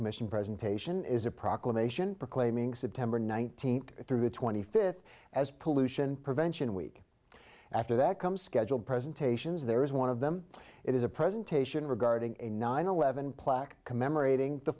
commission presentation is a proclamation proclaiming september nineteenth through the twenty fifth as pollution prevention week after that come scheduled presentations there is one of them it is a presentation regarding a nine eleven plaque commemorating the